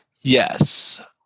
Yes